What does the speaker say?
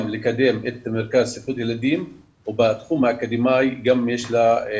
גם לקדם את מרכז ספרות הילדים ובתחום האקדמאי יש לה גם